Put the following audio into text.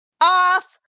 off